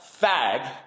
fag